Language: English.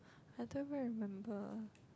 I don't even remember